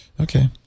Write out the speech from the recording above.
Okay